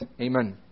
Amen